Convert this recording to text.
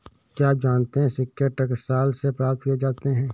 क्या आप जानते है सिक्के टकसाल से प्राप्त किए जाते हैं